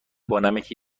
بانمکی